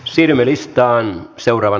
siirrymme listaan